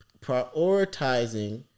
prioritizing